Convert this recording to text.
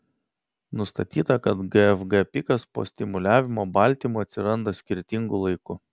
nustatyta kad gfg pikas po stimuliavimo baltymu atsiranda skirtingu laiku